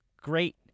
great